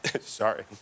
sorry